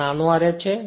અહીં નાના Rf છે